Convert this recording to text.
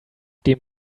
dem